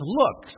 look